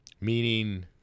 Meaning